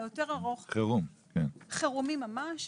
חירומי ממש.